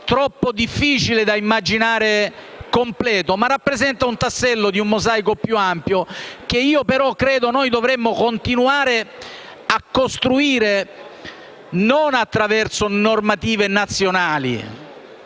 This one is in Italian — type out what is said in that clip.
è troppo difficile immaginare il disegno completo, ma rappresenta un tassello di un mosaico più ampio che dovremo continuare a costruire, non attraverso normative nazionali,